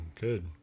good